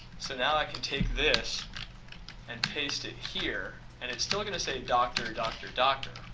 so now i can take this and paste it here and it's still going to say dr. dr. dr.